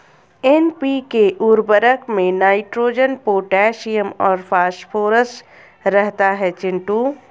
NPK उर्वरक में nitrogen potassium और फास्फोरस रहता है चिंटू